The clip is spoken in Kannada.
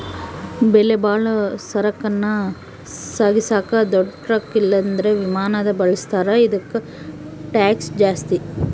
ಬೆಲೆಬಾಳೋ ಸರಕನ್ನ ಸಾಗಿಸಾಕ ದೊಡ್ ಟ್ರಕ್ ಇಲ್ಲಂದ್ರ ವಿಮಾನಾನ ಬಳುಸ್ತಾರ, ಇದುಕ್ಕ ಟ್ಯಾಕ್ಷ್ ಜಾಸ್ತಿ